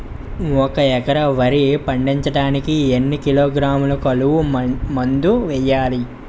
ఒక ఎకర వరి పండించటానికి ఎన్ని కిలోగ్రాములు కలుపు మందు వేయాలి?